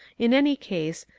in any case,